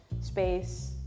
space